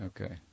okay